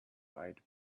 eyed